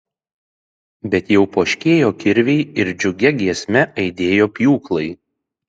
bet jau poškėjo kirviai ir džiugia giesme aidėjo pjūklai